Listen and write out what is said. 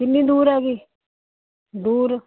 ਕਿੰਨੀ ਦੂਰ ਹੈ ਜੀ ਦੂਰ